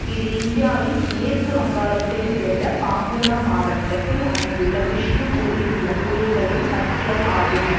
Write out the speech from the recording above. இது இந்தியாவின் மேற்கு வங்காளத்தைச் சேர்ந்த பாங்குரா மாவட்டத்தில் அமைந்துள்ள பிஷ்ணுபூரில் உள்ள கோயில்களின் பட்டியல் ஆகும்